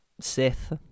Sith